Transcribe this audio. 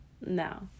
No